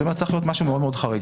זה לא צריך להיות משהו מאוד מאוד חריג